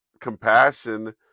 compassion